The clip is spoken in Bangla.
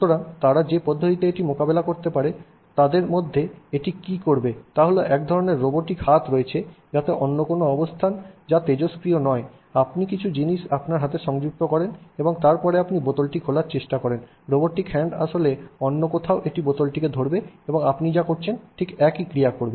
সুতরাং তারা যে পদ্ধতিতে এটি মোকাবেলা করতে পারে তার মধ্যে একটি কী করবে তা হল এক ধরণের রোবোটিক হাত রয়েছে যাতে অন্য কোনও অবস্থান যা তেজস্ক্রিয় নয় আপনি কিছু জিনিস আপনার হাতে সংযুক্ত করেন এবং তারপরে আপনি বোতলটি খোলার চেষ্টা করেন রোবোটিক হ্যান্ড আসলে অন্য কোথাও এটি বোতলটি ধরবে এবং আপনি যা করছেন ঠিক একই ক্রিয়াটি করবে